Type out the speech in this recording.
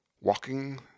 Walking